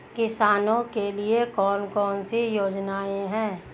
किसानों के लिए कौन कौन सी योजनाएं हैं?